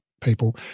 people